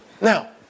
Now